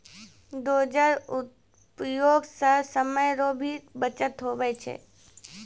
dozer उपयोग से समय रो भी बचत हुवै छै